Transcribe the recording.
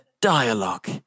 dialogue